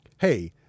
hey